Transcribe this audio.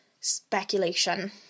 speculation